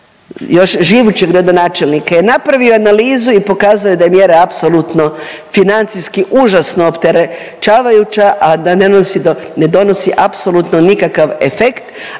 još živućeg gradonačelnika je napravio analizu i pokazao da je mjera apsolutno financijski užasno opterećavajuća, a da ne donosi apsolutno nikakav efekt,